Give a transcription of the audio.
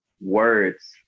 words